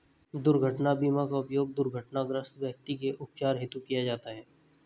दुर्घटना बीमा का उपयोग दुर्घटनाग्रस्त व्यक्ति के उपचार हेतु किया जाता है